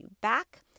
back